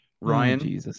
Ryan